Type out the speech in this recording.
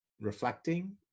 reflecting